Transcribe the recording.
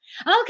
okay